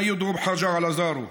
מא ידרוב חג'ר עלא זארו,)